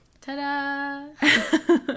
Ta-da